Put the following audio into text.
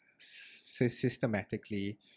systematically